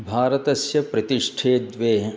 भारतस्य प्रतिष्ठे द्वे